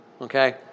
okay